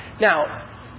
Now